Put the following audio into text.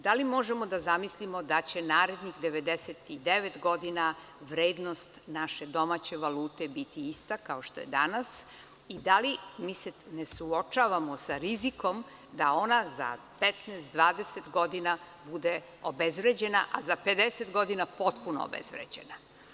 Da li možemo da zamislimo da će narednih 99 godina vrednost naše domaće valute biti ista kao što je danas i da li se ne suočavamo sa rizikom da ona za 15, 20 godina bude obezvređena, a za 50 godina bude potpuno obezvređena?